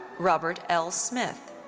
robert l. smith.